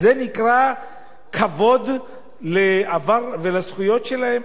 זה נקרא כבוד לעבר ולזכויות שלהם?